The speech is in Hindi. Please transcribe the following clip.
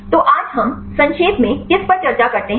तो आज हम संक्षेप में किस पर चर्चा करते हैं